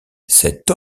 cette